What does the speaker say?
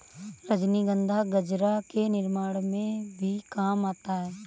रजनीगंधा गजरा के निर्माण में भी काम आता है